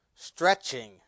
Stretching